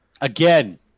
Again